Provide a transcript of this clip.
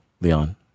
Leon